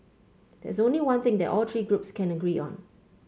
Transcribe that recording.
there is only one thing that all three groups can agree on